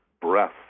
breath